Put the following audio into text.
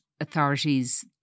authorities